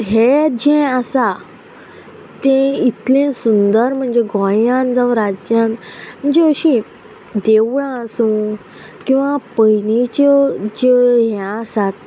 हे जे आसा ते इतले सुंदर म्हणजे गोंयांत जाव राज्यान म्हणजे अशी देवळां आसूं किंवां पयलीच्यो ज्यो हें आसात